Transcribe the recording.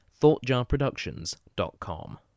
thoughtjarproductions.com